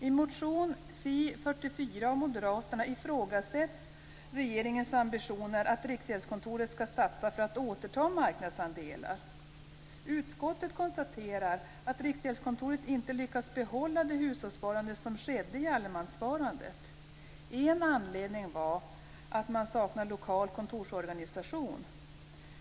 I motion Fi44 av moderaterna ifrågasätts regeringens ambitioner att Riksgäldskontoret skall satsa för att återta marknadsandelar. Utskottet konstaterar att Riksgäldskontoret inte lyckats behålla det hushållssparande som skedde i allemanssparandet. En anledning var att man saknade lokal kontorsorganisation.